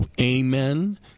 amen